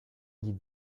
gli